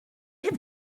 have